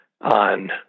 on